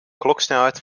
kloksnelheid